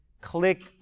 click